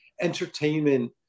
entertainment